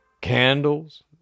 candles